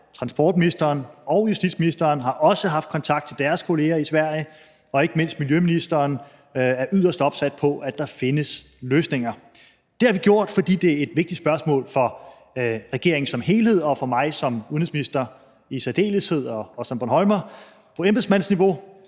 transportministeren og justitsministeren har også haft kontakt til deres kolleger i Sverige, og ikke mindst miljøministeren er yderst opsat på, at der findes løsninger. Det har vi gjort, fordi det er et vigtigt spørgsmål for regeringen som helhed og for mig som udenrigsminister i særdeleshed, også som bornholmer. På embedsmandsniveau